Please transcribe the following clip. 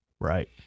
Right